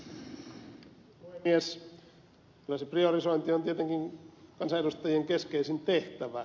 kyllä se priorisointi on tietenkin kansanedustajien keskeisin tehtävä